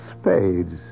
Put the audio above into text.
spades